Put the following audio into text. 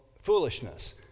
foolishness